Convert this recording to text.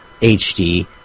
HD